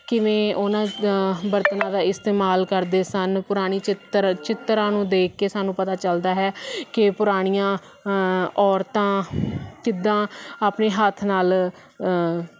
ਕਿਵੇਂ ਉਹਨਾਂ ਬਰਤਨਾਂ ਦਾ ਇਸਤੇਮਾਲ ਕਰਦੇ ਸਨ ਪੁਰਾਣੀ ਚਿੱਤਰ ਚਿੱਤਰਾਂ ਨੂੰ ਦੇਖ ਕੇ ਸਾਨੂੰ ਪਤਾ ਚੱਲਦਾ ਹੈ ਕਿ ਪੁਰਾਣੀਆਂ ਔਰਤਾਂ ਕਿੱਦਾਂ ਆਪਣੇ ਹੱਥ ਨਾਲ